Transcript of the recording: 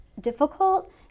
difficult